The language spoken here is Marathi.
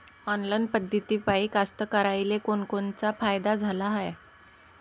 ऑनलाईन पद्धतीपायी कास्तकाराइले कोनकोनचा फायदा झाला हाये?